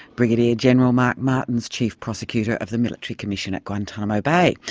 brigadier general mark martins, chief prosecutor of the military commission at guantanamo bay.